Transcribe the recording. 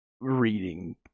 reading